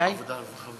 (מסירת מידע מרשויות המדינה לקופות-החולים),